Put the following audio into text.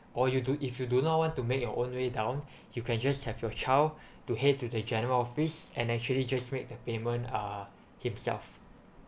or you do if you do not want to make your own way down you can just have your child to head to the general office and actually just make the payment uh himself